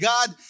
God